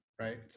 right